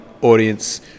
audience